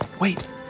Wait